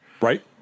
Right